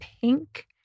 pink